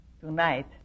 tonight